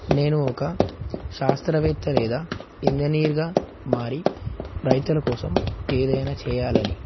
నేను ఒక శాస్త్రవేత్త లేదా ఇంజనీర్గా మారి రైతుల కోసం ఏదైనా చేయాలని